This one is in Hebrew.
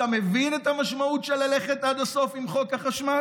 אתה מבין את המשמעות של ללכת עד הסוף עם חוק החשמל?